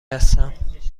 هستم